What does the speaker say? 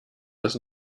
das